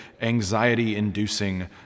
anxiety-inducing